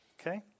Okay